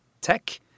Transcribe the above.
tech